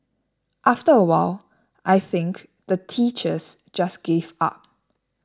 after a while I think the teachers just gave up